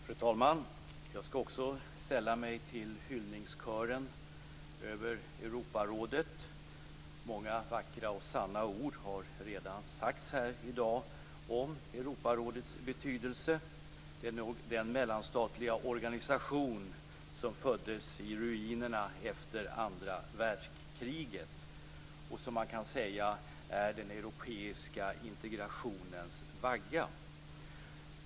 Fru talman! Jag skall också sälla mig till hyllningskören över Europarådet. Många vackra och sanna ord har redan sagts här i dag om Europarådets betydelse, den mellanstatliga organisation som föddes i ruinerna efter andra världskriget och som man kan säga är den europeiska integrationens vagga.